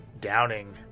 downing